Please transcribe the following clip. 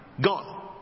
Gone